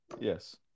Yes